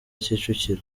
kicukiro